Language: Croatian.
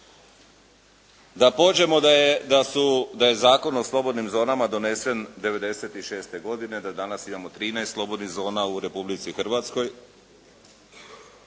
Da pođemo da je Zakon o slobodnim zonama donesen '96. godine, da danas imamo 13 zona u Republici Hrvatskoj.